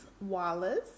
Wallace